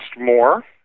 more